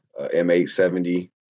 M870